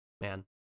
man